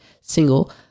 single